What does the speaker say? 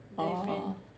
orh